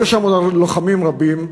היו שם גם לוחמים רבים.